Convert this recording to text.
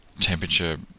temperature